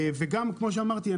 כמו שאמרתי,